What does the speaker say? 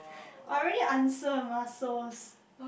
already answer muscles